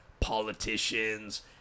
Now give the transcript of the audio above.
politicians